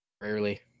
Rarely